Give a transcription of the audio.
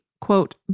quote